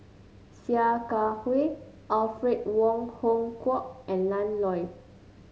Sia Kah Hui Alfred Wong Hong Kwok and Ian Loy